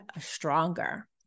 stronger